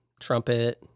trumpet